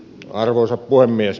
arvoisa puhemies